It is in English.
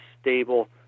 stable